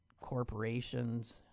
corporations